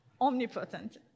omnipotent